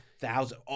thousand